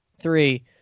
three